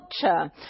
culture